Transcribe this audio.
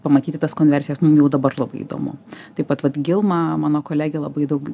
pamatyti tas konversijas mum jau dabar labai įdomu taip pat vat gilma mano kolegė labai daug